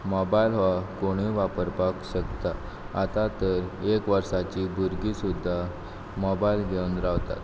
mobile हो कोणूय वापरपाक शकता आतां तर एक वर्साची भुरगीं सुद्दां मोबायल घेवन रावतात